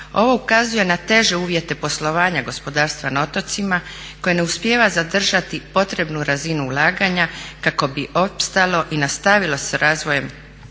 Ovo ukazuje na teže uvjete poslovanja gospodarstva na otocima koje ne uspijeva zadržati potrebnu razinu ulaganja kako bi opstalo i nastavilo s razvojem